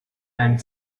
and